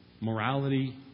morality